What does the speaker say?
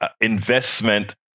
investment